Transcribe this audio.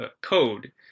code